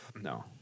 No